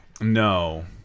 No